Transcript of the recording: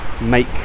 make